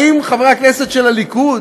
האם חברי הכנסת של הליכוד